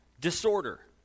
disorder